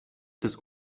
des